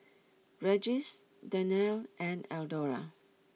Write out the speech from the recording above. Regis Danelle and Eldora